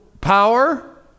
power